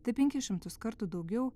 tai penkis šimtus kartų daugiau